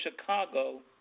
Chicago